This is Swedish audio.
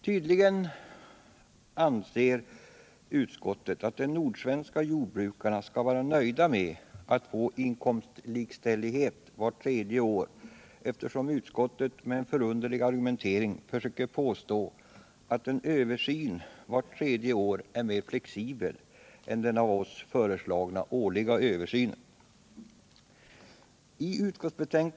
Tydligen anser utskottet att de nordsvenska jordbrukarna skall vara nöjda med att få inkomstlikställighet vart tredje år, eftersom utskottet med en förunderlig argumentering försöker påstå att en översyn vart tredje år är mer flexibel än den av oss föreslagna årliga översynen.